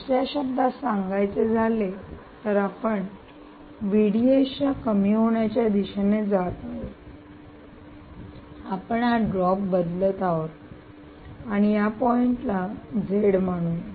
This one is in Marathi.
दुसर्या शब्दांत सांगायचे झाले तर आपण च्या कमी होण्याच्या दिशेने जात आहोत आपण हा ड्रॉप बदलत आहोत आणि या पॉइंट ला z झेड म्हणूया